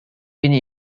been